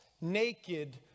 naked